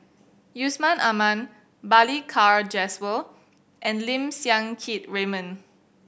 Yusman Aman Balli Kaur Jaswal and Lim Siang Keat Raymond